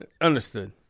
Understood